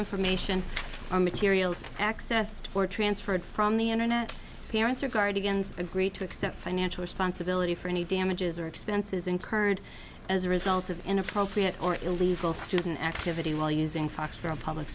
information on materials accessed or transferred from the internet parents or guardians agree to accept financial responsibility for any damages or expenses incurred as a result of inappropriate or illegal student activity while using facts for a public